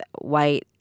white